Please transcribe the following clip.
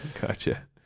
Gotcha